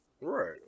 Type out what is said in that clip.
Right